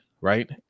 right